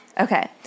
Okay